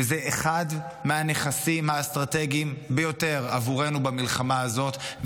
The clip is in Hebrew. וזה אחד מהנכסים האסטרטגיים ביותר עבורנו במלחמה הזאת,